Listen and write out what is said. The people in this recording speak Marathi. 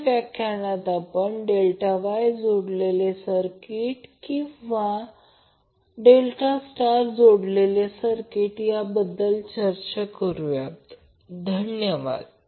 पुढच्या व्याख्यानात आपण डेल्टा वाय जोडलेले सर्किट किंवा डेल्टा स्टार जोडलेले सर्किटयाबद्दल आपली चर्चा चालू करूया धन्यवाद